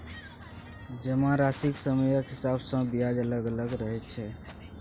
जमाराशिक समयक हिसाब सँ ब्याज अलग अलग रहैत छै